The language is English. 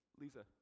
Lisa